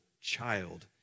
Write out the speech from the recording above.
child